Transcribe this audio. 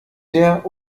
der